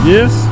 Yes